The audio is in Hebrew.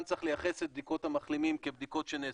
צריך לייחס את בדיקות המחלימים כבדיקות שנעשו.